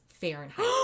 Fahrenheit